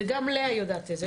וגם לאה יודעת את זה.